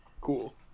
Cool